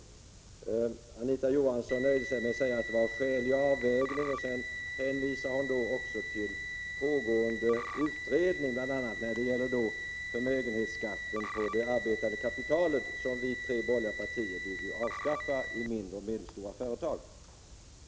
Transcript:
Hon nöjde sig med att säga att det var en skälig avvägning och hänvisade också till pågående utredning, bl.a. när det gäller förmögenhetsskatt på arbetande kapital, som de tre borgerliga partierna vill avskaffa i fråga om mindre och medelstora företag.